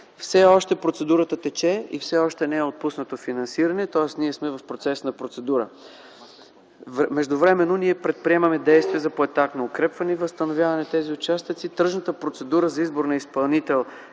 Все още процедурата тече и все още не е отпуснато финансиране, тоест сме в процес на процедура. Междувременно, предприемаме действия за поетапно укрепване и възстановяване на тези участъци. Тръжната процедура за избор на изпълнител